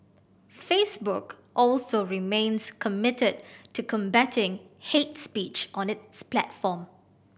Facebook also remains committed to combating hate speech on its platform